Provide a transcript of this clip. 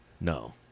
No